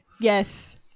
Yes